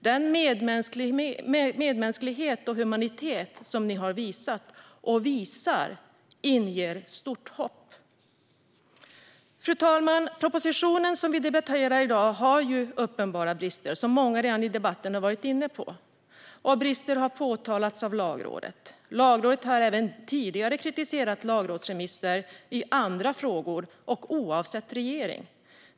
Den medmänsklighet och humanitet som ni har visat och visar inger hopp. Fru talman! Propositionen som vi debatterar i dag har uppenbara brister, som många i debatten redan har varit inne på. Brister har påtalats av Lagrådet. Lagrådet har även tidigare kritiserat lagrådsremisser i andra frågor oavsett regering.